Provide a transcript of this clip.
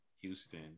Houston